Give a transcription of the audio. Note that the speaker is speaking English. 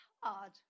hard